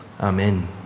Amen